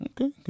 Okay